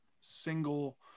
single